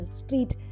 street